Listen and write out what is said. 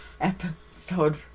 episode